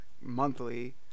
monthly